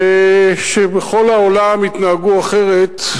כשבכל העולם התנהגו אחרת,